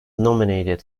nominated